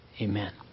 Amen